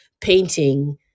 painting